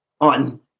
on